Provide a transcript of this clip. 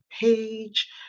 page